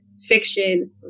fiction